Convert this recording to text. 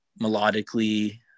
melodically